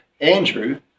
Andrew